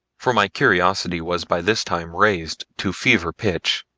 for my curiosity was by this time raised to fever pitch,